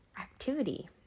activity